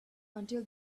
until